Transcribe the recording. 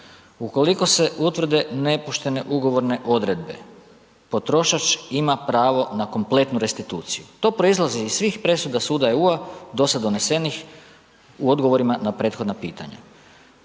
ukoliko se utvrde nepoštene ugovorne odredbe, potrošač ima pravo na kompletnu restituciju. To proizlazi iz svih presuda suda EU do sad donesenih, u odgovorima na prethodna pitanja.